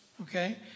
Okay